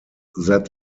that